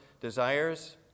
desires